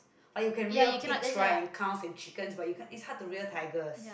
oh you can rear pigs right and cows and chickens but you can't it's hard to rear tigers